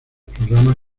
programas